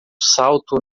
salto